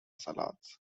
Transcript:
salads